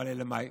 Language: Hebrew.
אלא מאי?